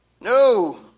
No